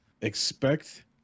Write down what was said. expect